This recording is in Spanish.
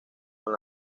con